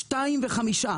בשעה שתיים וחמישה,